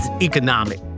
economic